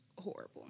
horrible